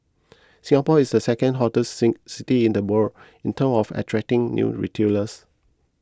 Singapore is the second hottest city in the world in terms of attracting new retailers